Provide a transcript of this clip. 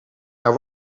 naar